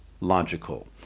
logical